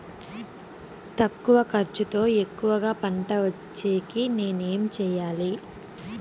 తక్కువ ఖర్చుతో ఎక్కువగా పంట వచ్చేకి నేను ఏమి చేయాలి?